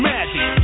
Magic